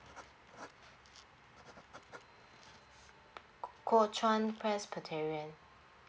kuo chuan presbyterian